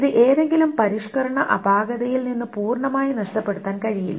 ഇത് ഏതെങ്കിലും പരിഷ്ക്കരണ അപാകതയിൽ നിന്ന് പൂർണമായി നഷ്ടപ്പെടുത്താൻ കഴിയില്ല